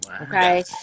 okay